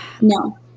No